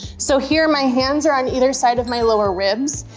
so here my hands are on either side of my lower ribs.